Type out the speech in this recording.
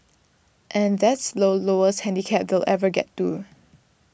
and that's low lowest handicap they'll ever get do